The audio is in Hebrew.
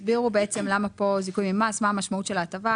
מה המשמעות של ההטבה,